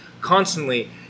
constantly